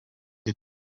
the